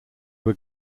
were